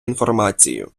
інформацію